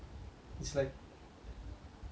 நான் இருக்குற வர:naa irukura vara